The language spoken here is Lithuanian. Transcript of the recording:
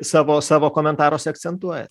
savo savo komentaruose akcentuojat